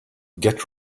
get